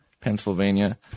Pennsylvania